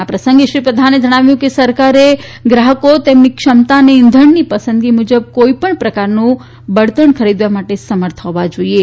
આ પ્રસંગે શ્રી પ્રધાને જણાવ્યું કે સરકારે ગ્રાહકો તેમની ક્ષમતા અનેઇંધણની પસંદગી મુજબ કોઈપણ પ્રકારનુંબળતણ ખરીદવા માટે સમર્થ હોવા જોઈએ